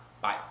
Bye